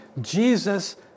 Jesus